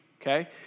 okay